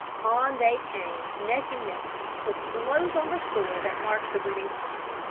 on they came neck and neck, till close on the score that marked the winning point.